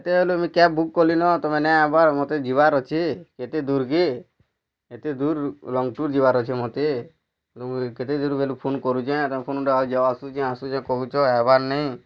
କେତେ ବେଲେନ୍ ମୁଇଁ କ୍ୟାବ୍ ବୁକ୍ କଲି ନ ତମେ ନାଇଁ ଆଇବାର୍ ମୋତେ ଯିବାର୍ ଅଛି କେତେ ଦୂର୍ କେ ଏତେ ଦୂର୍ ଲଙ୍ଗ୍ ଟୁର୍ ଯିବାର୍ ଅଛି ମୋତେ ତେଣୁ ମୁଁ କେତେ ଦୂର୍ ବେଲୁ ଫୋନ୍ କରୁଛେଁ ତମ ଫୋନ୍ ଆସୁଛେଁ ଆସୁଛେଁ କହୁଛ ଆଇବାର୍ ନାଇଁ